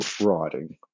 writing